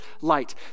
light